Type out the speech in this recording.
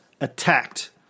attacked